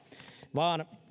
vaan